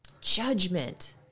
judgment